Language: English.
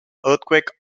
earthquake